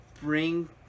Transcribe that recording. bring